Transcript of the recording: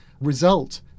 result